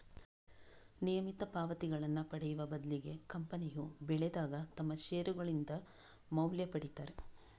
ನಿಯಮಿತ ಪಾವತಿಗಳನ್ನ ಪಡೆಯುವ ಬದ್ಲಿಗೆ ಕಂಪನಿಯು ಬೆಳೆದಾಗ ತಮ್ಮ ಷೇರುಗಳಿಂದ ಮೌಲ್ಯ ಪಡೀತಾರೆ